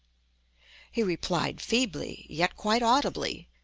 he replied feebly, yet quite audibly,